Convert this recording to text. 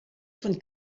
von